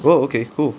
!whoa! okay cool